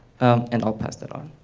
and i'll pass that on.